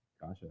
Gotcha